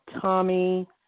Tommy